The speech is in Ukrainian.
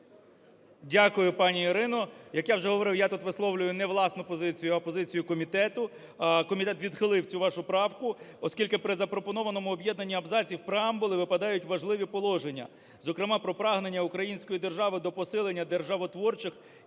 Дякую, пані Ірино. Як я вже говорив, я тут висловлюю не власну позицію, а позицію комітету. Комітет відхилив цю вашу правку, оскільки при запропонованому об'єднанні абзаців преамбули випадають важливі положення, зокрема про прагнення української держави до посилення державотворчих